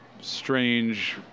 strange